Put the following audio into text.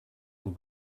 and